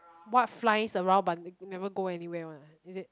what flies around but never go anywhere one is it